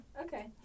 Okay